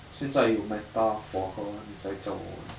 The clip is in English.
现在有 meta 我和你才叫我玩